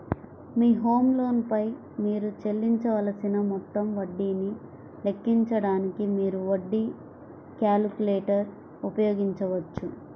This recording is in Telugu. మీ హోమ్ లోన్ పై మీరు చెల్లించవలసిన మొత్తం వడ్డీని లెక్కించడానికి, మీరు వడ్డీ క్యాలిక్యులేటర్ ఉపయోగించవచ్చు